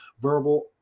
verbal